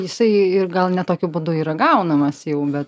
jisai ir gal ne tokiu būdu yra gaunamas jau be